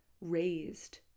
raised